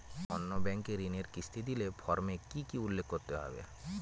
অন্য ব্যাঙ্কে ঋণের কিস্তি দিলে ফর্মে কি কী উল্লেখ করতে হবে?